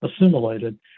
assimilated